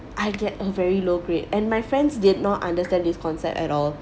I get a very low grade and my friends did not understand this concept at all